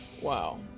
Wow